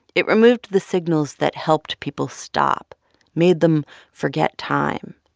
it removed the signals that helped people stop made them forget time.